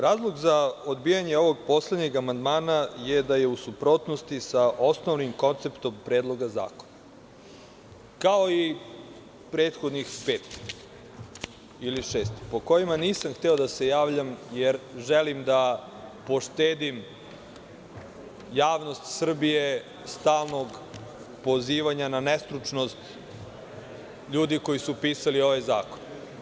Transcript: Razlog za odbijanje ovog poslednjeg amandmana je da je u suprotnosti sa osnovnim konceptom predloga zakona, kao i prethodnih pet, šest, po kojima nisam hteo da se javljam jer želim da poštedim javnost Srbije stalnog pozivanja na nestručnost ljudi koji su pisali ovaj zakon.